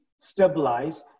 stabilized